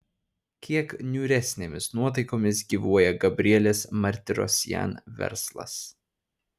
kiek niūresnėmis nuotaikomis gyvuoja gabrielės martirosian verslas